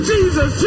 Jesus